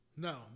No